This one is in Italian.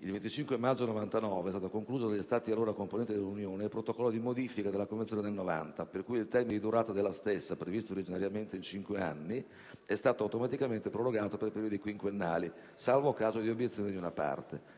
Il 25 maggio 1999 è stato concluso dagli Stati allora componenti dell'Unione il Protocollo di modifica della Convenzione del 1990, per cui il termine di durata della stessa, previsto originariamente in cinque anni dall'entrata in vigore, è stato automaticamente prorogato per periodi quinquennali, salvo il caso di obiezioni di una delle